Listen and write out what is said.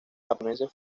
japoneses